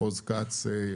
עוז כץ,